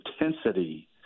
intensity